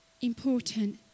important